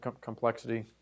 complexity